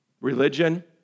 Religion